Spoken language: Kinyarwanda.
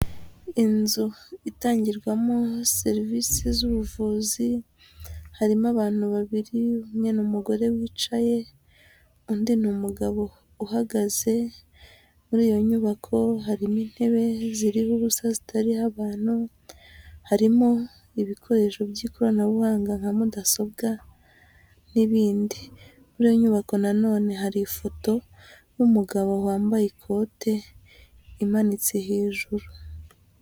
Inzu itangirwamo serivise z'ubuvuzi, harimo abantu babiri, umwe n'umugore wicaye, undi ni umugabo uhagaze, muri iyo nyubako harimo intebe ziriho ubusa zitariho abantu, harimo ibikoresho by'ikoranabuhanga nka mudasobwa n'ibindi, muri iyo nyubako na none hari ifoto y'umugabo wambaye ikote imanitse hejuru.